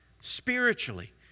spiritually